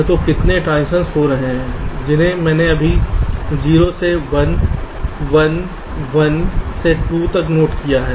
तो कितने ट्रांसिशन्स हो रहे हैं जिन्हें मैंने अभी 0 से 1 1 1 से 2 तक नोट किया है